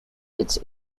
its